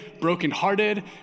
brokenhearted